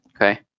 Okay